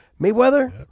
Mayweather